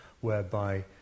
whereby